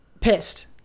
pissed